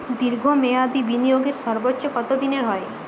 দীর্ঘ মেয়াদি বিনিয়োগের সর্বোচ্চ কত দিনের হয়?